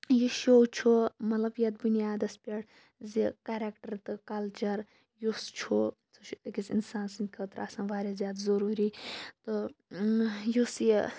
یہِ شو چھُ مطلب یَتھ بُنیادَس پٮ۪ٹھ زِ کَریکٹَر تہٕ کَلچَر یُس چھُ سُہ چھُ أکِس اِنسان سٕندِ خٲطرٕ آسان واریاہ زیادٕ ضروری تہٕ یُس یہِ